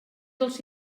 dels